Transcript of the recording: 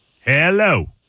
Hello